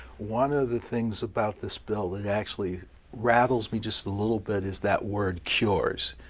one of the things about this bill that actually rattles me just a little bit is that word, cures.